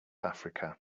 africa